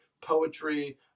poetry